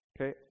Okay